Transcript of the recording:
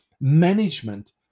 Management